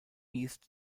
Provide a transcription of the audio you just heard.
east